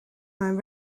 mijn